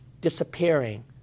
disappearing